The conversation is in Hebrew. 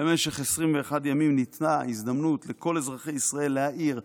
ובמשך 21 יום ניתנה הזדמנות לכל אזרחי ישראל להעיר,